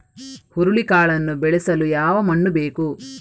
ಹುರುಳಿಕಾಳನ್ನು ಬೆಳೆಸಲು ಯಾವ ಮಣ್ಣು ಬೇಕು?